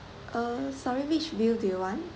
uh sorry which view do you want